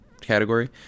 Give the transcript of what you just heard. category